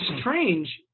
strange